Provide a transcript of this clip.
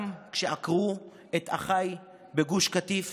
גם כשעקרו את אחיי בגוש קטיף